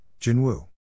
Jinwu